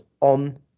on